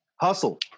Hustle